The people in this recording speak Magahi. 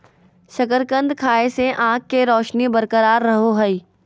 शकरकंद खाय से आंख के रोशनी बरकरार रहो हइ